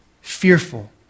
fearful